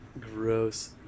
gross